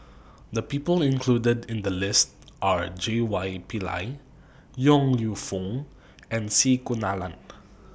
The People included in The list Are J Y Pillay Yong Lew Foong and C Kunalan